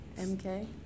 mk